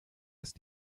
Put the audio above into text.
ist